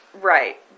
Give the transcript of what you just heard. Right